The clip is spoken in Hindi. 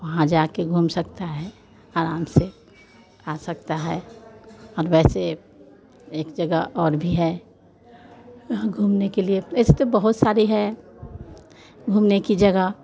वहाँ जाकर घूम सकते हैं आराम से आ सकते हैं और वैसे एक जगह और भी है जहाँ घूमने के लिए वैसे तो बहुत सारी हैं घूमने की जगह